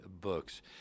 Books